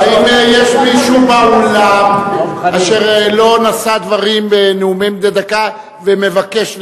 האם יש מישהו באולם אשר לא נשא דברים בנאומים בני דקה ומבקש?